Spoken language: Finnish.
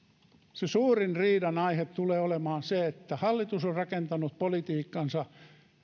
se suurin riidan aihe tulee olemaan se että hallitus on rakentanut politiikkansa